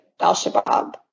al-Shabaab